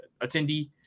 attendee